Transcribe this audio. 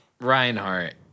Reinhardt